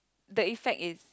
the effect is